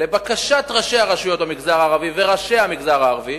לבקשת ראשי הרשויות במגזר הערבי וראשי המגזר הערבי,